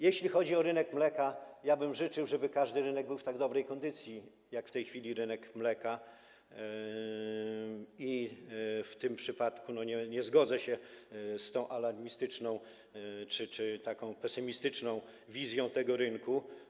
Jeśli chodzi o rynek mleka, życzyłbym sobie, żeby każdy rynek był w tak dobrej kondycji jak w tej chwili rynek mleka, i w tym przypadku nie zgodzę się z tą alarmistyczną czy pesymistyczną wizją tego rynku.